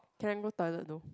can I go toilet though